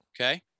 Okay